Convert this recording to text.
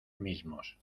mismos